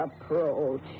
Approach